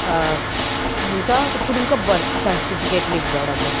ఇంకా ఇప్పుడు ఇంకా బర్త్ సర్టిఫికెట్లు ఇవ్వడము